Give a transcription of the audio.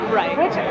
right